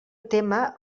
tema